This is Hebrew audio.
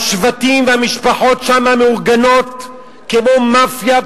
השבטים והמשפחות שם מאורגנים כמו מאפיה,